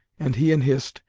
and he and hist,